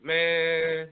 Man